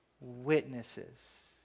witnesses